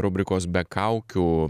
rubrikos be kaukių